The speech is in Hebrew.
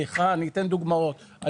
אני אתן דוגמאות.